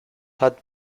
had